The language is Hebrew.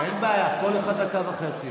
אין בעיה, כל אחד דקה וחצי.